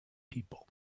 people